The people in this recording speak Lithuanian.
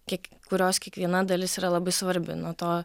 kiek kurios kiekviena dalis yra labai svarbi nuo to